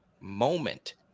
moment